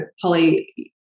Polly